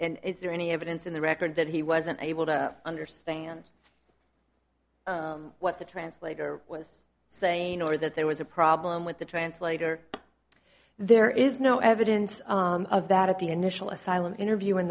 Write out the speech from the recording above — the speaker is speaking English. and is there any evidence in the record that he wasn't able to understand what the translator was saying or that there was a problem with the translator there is no evidence of that at the initial asylum interview in